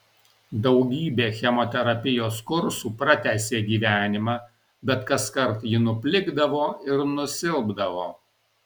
daugybė chemoterapijos kursų pratęsė gyvenimą bet kaskart ji nuplikdavo ir nusilpdavo